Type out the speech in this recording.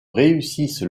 réussissent